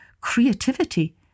creativity